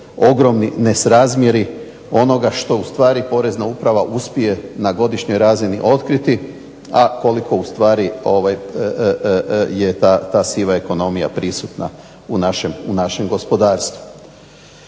ogromni nesrazmjeri onoga što ustvari Porezna uprava uspije na godišnjoj razini otkriti, a koliko ustvari je ta siva ekonomija prisutna u našem gospodarstvu.